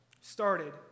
started